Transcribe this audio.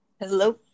hello